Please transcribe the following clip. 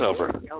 over